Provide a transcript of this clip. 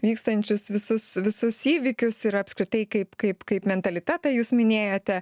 vykstančius visus visus įvykius ir apskritai kaip kaip kaip mentalitetą jūs minėjote